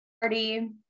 party